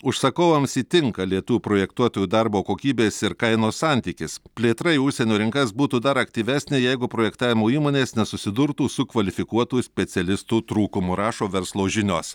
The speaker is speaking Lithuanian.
užsakovams įtinka lietuvių projektuotojų darbo kokybės ir kainos santykis plėtra į užsienio rinkas būtų dar aktyvesnė jeigu projektavimo įmonės nesusidurtų su kvalifikuotų specialistų trūkumu rašo verslo žinios